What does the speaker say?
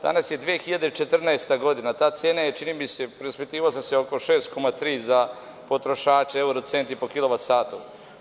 Danas je 2014. godina, ta cena je čini mi se, raspitivao sam se oko 6,3 za potrošače evro-centi po kilovat satu.